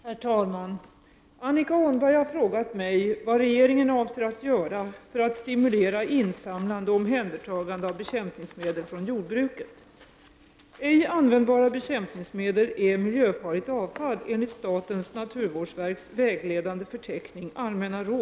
Herr talman! Annika Åhnberg har frågat mig vad regeringen avser att göra för att stimulera insamlande och omhändertagande av bekämpningsmedel från jordbruket. Ej användbara bekämpningsmedel är miljöfarligt avfall enligt statens naturvårdsverks vägledande förteckning .